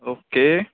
okay